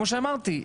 כמו שאמרתי,